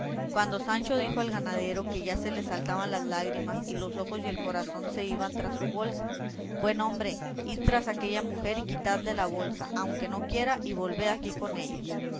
cuando sancho dijo al ganadero que ya se le saltaban las lágrimas y los ojos y el corazón se iban tras su bolsa buen hombre id tras aquella mujer y quitadle la bolsa aunque no quiera y volved aquí con ella